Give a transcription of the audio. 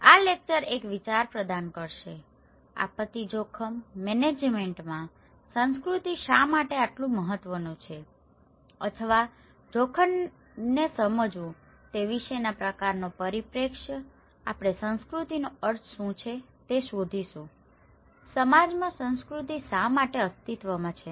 આ લેક્ચર એક વિચાર પ્રદાન કરશે આપત્તિ જોખમ મેનેજમેન્ટમાં સંસ્કૃતિ શા માટે આટલું મહત્વનું છે અથવા જોખમને સમજવું તે વિશેના પ્રકારનો પરિપ્રેક્ષ્ય આપણે સંસ્કૃતિનો અર્થ શું છે તે શોધીશું સમાજમાં સંસ્કૃતિ શા માટે અસ્તિત્વમાં છે